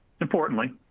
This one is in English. Importantly